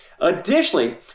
Additionally